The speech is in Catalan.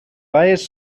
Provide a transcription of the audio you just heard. baies